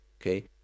Okay